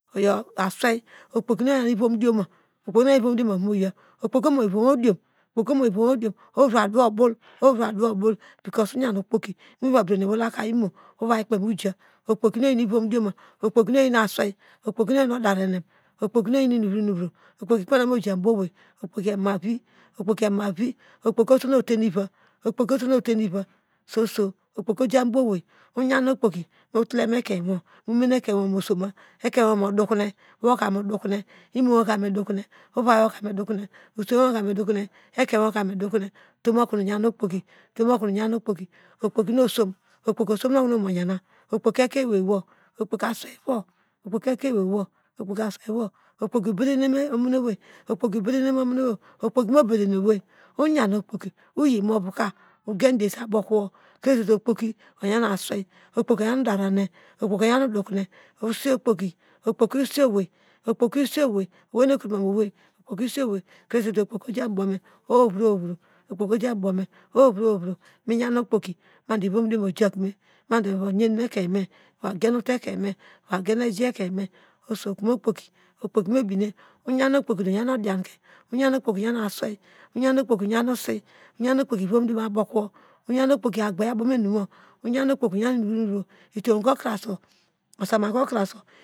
Oyo aswei okpoki nu oyan okpoki nu oyaw nu ivom dioma ovomoya okpoki omu ivomwo odiom ohoka adowo ubol, oho kre adowobo because oyan okpoki inumuva bede ne wola ku imu okpoki nu oyi ivom ohonu okpoki nu oyeinu aswei okpoki nu oyi davenem okpoki nu oyi inovronkero, okpoki emavi okpoki omavi okpoki oso nu uti nu ivi okpoki osonu ote nivi soso okpoki ojam obow ewei oyeane okpoki motlema ekein wo ekein wo modokune woka modokun, imowo ka medokuna usweivvoka mu dokune ekeiwoka mudokune okpoki oso okpoki ekein ewei wo ikpoki okpoki mo bede owei oyan okpoki oyi imo phoka ogendise abokowo oso kome okpoki, okpoki nu me me bim oyan okpoki oyan aswei oyan okpoki inton ka okra sowo